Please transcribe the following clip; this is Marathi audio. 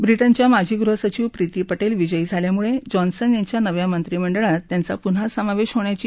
ब्रिटनच्या माजी गृहसचिव प्रिती पटेल विजयी झाल्यामुळे जॉन्सन यांच्या नव्या मंत्रीमंडळात त्यांचा पुन्हा समावेश होण्याची शक्यता आहे